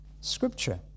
Scripture